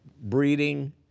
breeding